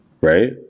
right